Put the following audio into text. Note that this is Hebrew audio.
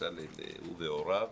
הוא והוריו,